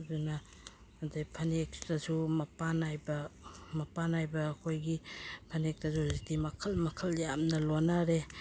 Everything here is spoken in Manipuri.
ꯑꯗꯨꯅ ꯑꯗꯒꯤ ꯐꯅꯦꯛꯇꯁꯨ ꯃꯄꯥꯟ ꯅꯥꯏꯕ ꯃꯄꯥꯟ ꯅꯥꯏꯕ ꯑꯩꯈꯣꯏꯒꯤ ꯐꯅꯦꯛꯇꯁꯨ ꯍꯧꯖꯤꯛꯇꯤ ꯃꯈꯜ ꯃꯈꯜ ꯌꯥꯝꯅ ꯂꯣꯟꯅꯔꯦ